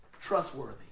Trustworthy